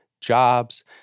jobs